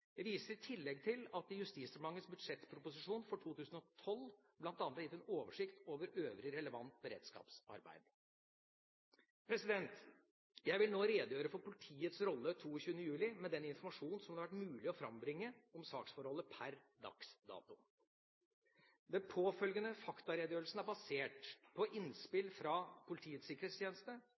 Jeg viser i tillegg til at det i Justisdepartementets budsjettproposisjon for 2012 bl.a. er gitt en oversikt over øvrig relevant beredskapsarbeid. Jeg vil nå redegjøre for politiets rolle 22. juli med den informasjon som det har vært mulig å frambringe om saksforholdet per dags dato. Den påfølgende faktaredegjørelsen er basert på innspill fra Politiets sikkerhetstjeneste,